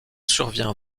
survient